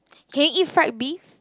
can you eat fried beef